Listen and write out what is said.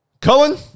Cullen